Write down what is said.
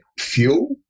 fuel